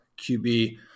QB